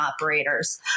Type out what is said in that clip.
operators